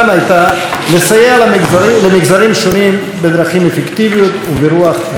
לסייע למגזרים שונים בדרכים אפקטיביות ובנות-קיימא.